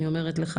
אני אומרת לך,